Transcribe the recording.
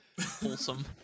wholesome